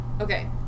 Okay